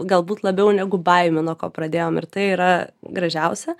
galbūt labiau negu baimė nuo ko pradėjom ir tai yra gražiausia